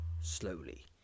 Slowly